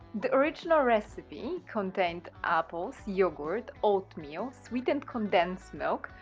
the original recipe contained apples, yoghurt, oatmeal, sweetened condensed milk,